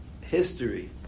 history